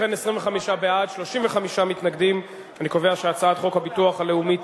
הצעת חוק הביטוח הלאומי (תיקון,